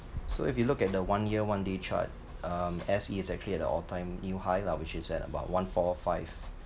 so if you look at the one year one day chart um S_E is actually at all a time new high lah which is at about one four five